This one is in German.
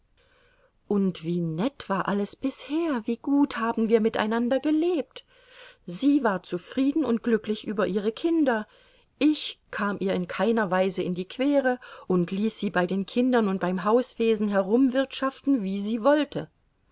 und wie nett war alles bisher wie gut haben wir miteinander gelebt sie war zufrieden und glücklich über ihre kinder ich kam ihr in keiner weise in die quere und ließ sie bei den kindern und beim hauswesen herumwirtschaften wie sie wollte